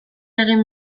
egin